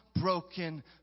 broken